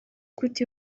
gute